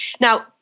Now